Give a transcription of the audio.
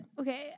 Okay